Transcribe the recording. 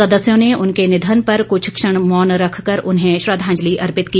सदस्यों ने उनके निधन पर कृष्ण क्षण मौन रखकर उन्हें श्रद्वांजलि अर्पित की